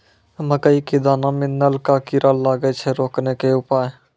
मकई के दाना मां नल का कीड़ा लागे से रोकने के उपाय?